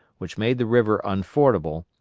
which made the river unfordable,